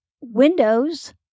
windows